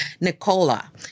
Nicola